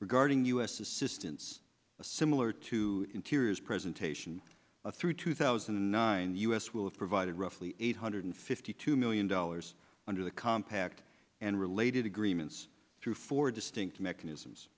regarding u s assistance a similar to interiors presentation through two thousand and nine us will have provided roughly eight hundred fifty two million dollars under the compact and related agreements through four distinct mechanisms